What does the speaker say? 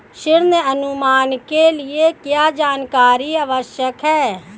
ऋण अनुमान के लिए क्या जानकारी आवश्यक है?